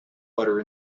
butter